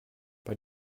bei